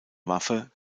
waffe